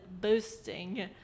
boosting